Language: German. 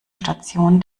station